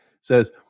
says